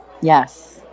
Yes